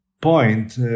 point